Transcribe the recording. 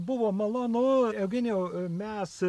buvo malonu eugenijau mes